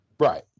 Right